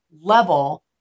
level